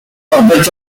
fragmentos